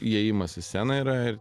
įėjimas į sceną yra ir